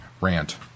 rant